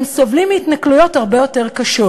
הם סובלים מהתנכלויות הרבה יותר קשות.